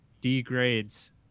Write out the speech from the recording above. degrades